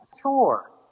Sure